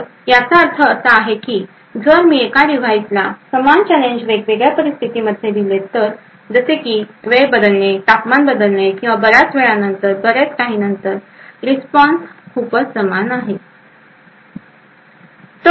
तर याचा अर्थ असा आहे की जर मी एकाच डिव्हाइसला समान चॅलेंज वेगवेगळ्या परिस्थितींमध्ये दिले तर जसे की वेळ बदलणे तापमान बदलणे किंवा बराच वेळानंतर किंवा बरेच काही नंतर रिस्पॉन्स खूपच समान आहे